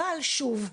אבל שוב,